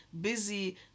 busy